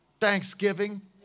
Thanksgiving